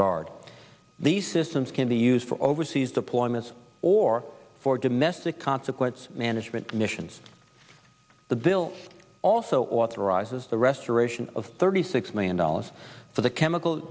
guard these systems can be used for overseas deployments or for domestic consequence management commissions the bill also authorizes the restoration of thirty six million dollars for the chemical